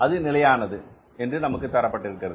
அது நிலையானது என்று நமக்குத் தரப்பட்டிருக்கிறது